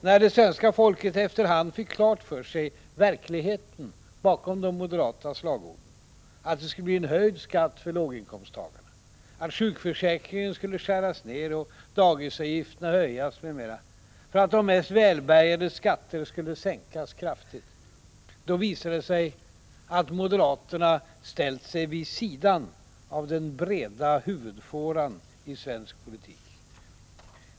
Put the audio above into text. När det svenska folket efterhand fick klart för sig verkligheten bakom de moderata slagorden — att det skulle bli höjd skatt för låginkomsttagarna, att sjukförsäkringen skulle skäras ned och dagisavgifterna höjas, m.m. för att de mest välbärgades skatter skulle sänkas kraftigt — då visade det sig att moderaterna hade ställt sig vid sidan av den breda huvudfåran i svensk politik.